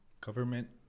government